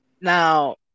Now